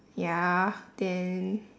ya then